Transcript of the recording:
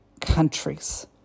countries